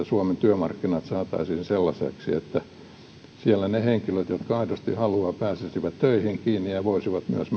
suomen työmarkkinat saataisiin sellaiseksi että siellä ne henkilöt jotka aidosti haluavat pääsisivät töihin kiinni ja voisivat myös